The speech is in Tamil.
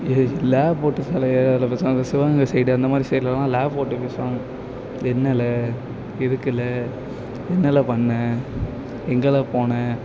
ல போட்டு சில ஏரியாவில பேசுவாங்கள் இப்போ சிவகங்கை சைடில் அந்த மாதிரி சைடெலாம் ல போட்டு பேசுவாங்கள் என்னல எதுக்குல என்னல பண்ண எங்கல போன